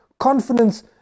confidence